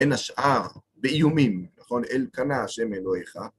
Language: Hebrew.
בין השאר באיומים, נכון? אל קנה ה' אלוהיך.